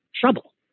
trouble